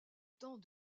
temps